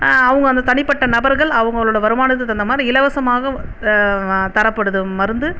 அவங்க அந்த தனிப்பட்ட நபர்கள் அவர்களோட அந்த வருமானத்துக்கு தகுந்த மாதிரி இலவசமாக தரப்படுது மருந்து